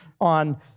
on